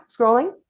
scrolling